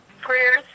prayers